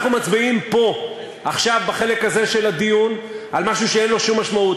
אנחנו מצביעים פה עכשיו בחלק הזה של הדיון על משהו שאין לו משמעות.